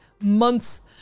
months